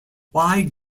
why